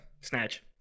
Snatch